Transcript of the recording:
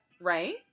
right